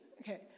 Okay